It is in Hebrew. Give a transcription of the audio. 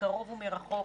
מקרוב ומרחוק,